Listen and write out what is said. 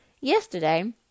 Yesterday